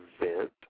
Event